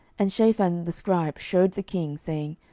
and shaphan the scribe shewed the king, saying,